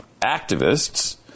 activists